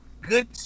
good